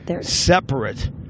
separate